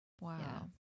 Wow